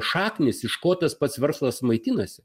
šaknys iš ko tas pats verslas maitinasi